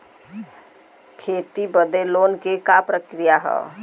खेती बदे लोन के का प्रक्रिया ह?